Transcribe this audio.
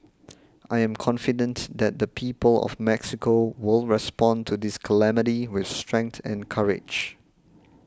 I am confident that the people of Mexico will respond to this calamity with strength and courage